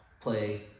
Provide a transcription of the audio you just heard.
play